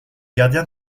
gardien